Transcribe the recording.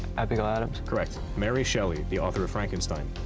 abigail adams. correct. mary shelley, the author of frankenstein.